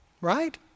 right